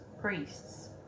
priests